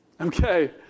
okay